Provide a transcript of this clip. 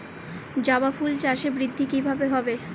জবা ফুল চাষে বৃদ্ধি কিভাবে হবে?